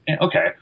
okay